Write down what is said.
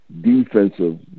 defensive